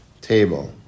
table